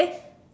eh